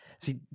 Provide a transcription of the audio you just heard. See